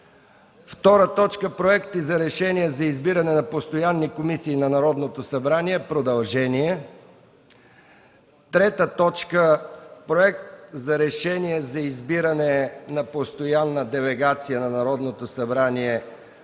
представител. 2. Проекти за решение за избиране на постоянни комисии на Народното събрание – продължение. 3. Проект за решение за избиране на постоянна делегация на Народното събрание